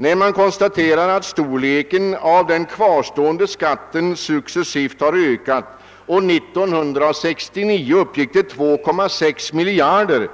När man konstaterar att storleken av den kvarstående skatten successivt har ökat och 1969 uppgick till 2,6 miljarder,